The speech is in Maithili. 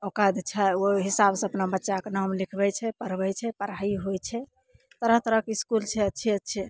ओकादि छै ओइ हिसाबसँ अपना बच्चाके नाम लिखबय छै पढ़बय छै पढ़ाइ होइ छै तरह तरहके इसकुल छै अच्छे अच्छे